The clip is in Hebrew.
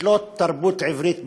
ותשלוט תרבות עברית בלבד,